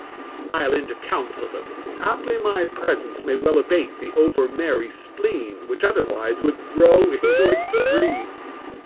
i'll in to counsel them haply my presence may well abate the over-merry spleen, which otherwise would grow into extremes.